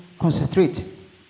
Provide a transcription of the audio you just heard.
concentrate